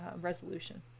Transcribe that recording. resolution